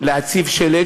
להציב שלט.